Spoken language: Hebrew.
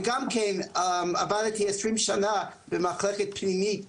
וגם כן עבדתי 20 שנה במחלקה פנימית בסורוקה,